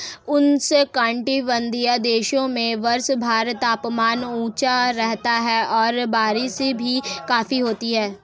उष्णकटिबंधीय देशों में वर्षभर तापमान ऊंचा रहता है और बारिश भी काफी होती है